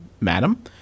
madam